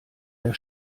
der